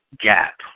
gap